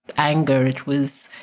anger. it was